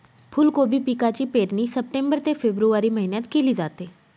फुलकोबी पिकाची पेरणी सप्टेंबर ते फेब्रुवारी महिन्यात केली जाते